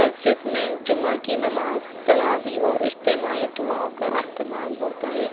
مسجد میں جمعہ کی نماز تراویح اور اجتماعی دعاؤں کا اہتمام ہوتا ہے